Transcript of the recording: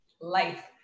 life